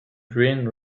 green